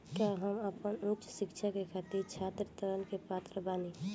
का हम आपन उच्च शिक्षा के खातिर छात्र ऋण के पात्र बानी?